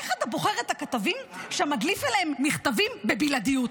איך אתה בוחר את הכתבים שאתה מדליף אליהם מכתבים בבלעדיות?